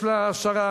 יש לה העשרה